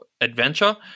adventure